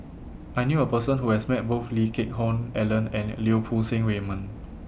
I knew A Person Who has Met Both Lee Geck Hoon Ellen and Lau Poo Seng Raymond